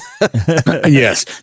yes